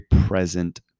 present